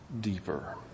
deeper